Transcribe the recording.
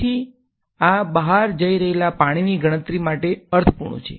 તેથી આ બહાર જઈ રહેલા પાણીની ગણતરી માટે અર્થપૂર્ણ છે